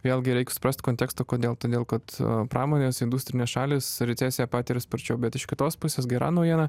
vėlgi reik suprast kontekstą kodėl todėl kad pramonės industrinės šalys recesiją patirs sparčiau bet iš kitos pusės gera naujiena